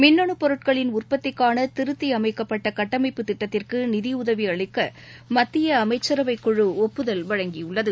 மின்னணுபொருட்களின் உற்பத்திக்கானதிருத்திஅமைக்கப்பட்டகட்டமைப்பு திட்டத்திற்குநிதியுதவிஅளிக்கமத்தியஅமைச்சரவை குழு ஒப்புதல் வழங்கியுள்ளது